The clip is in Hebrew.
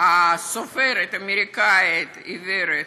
הסופרת האמריקנית העיוורת,